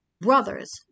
brother's